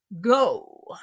go